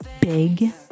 big